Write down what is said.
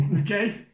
Okay